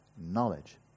knowledge